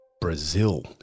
Brazil